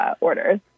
orders